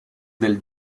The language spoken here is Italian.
del